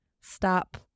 stop